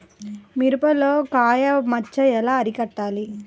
మిరపలో కాయ మచ్చ ఎలా అరికట్టాలి?